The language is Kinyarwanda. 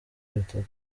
bitatu